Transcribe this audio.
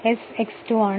ഇത് I 2 ആണ്